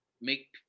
make